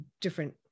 different